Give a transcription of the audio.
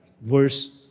verse